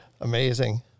amazing